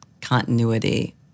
continuity